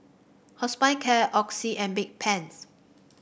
Hospicare Oxy and Bedpans